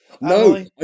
No